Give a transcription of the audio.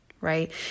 right